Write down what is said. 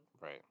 Right